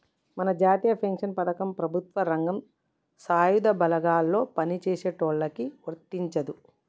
మన జాతీయ పెన్షన్ పథకం ప్రభుత్వ రంగం సాయుధ బలగాల్లో పని చేసేటోళ్ళకి వర్తించదు